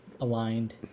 Aligned